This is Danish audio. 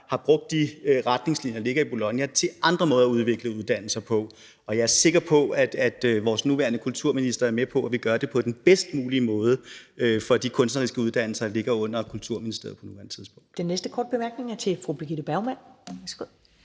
har brugt de retningslinjer, der ligger i Bolognaaftalen, til at finde andre måder at udvikle uddannelser på. Og jeg er sikker på, at vores nuværende kulturminister er med på, at vi gør det på den bedst mulige måde for de kunstneriske uddannelser, der ligger under Kulturministeriet på nuværende tidspunkt. Kl. 20:09 Første næstformand (Karen Ellemann):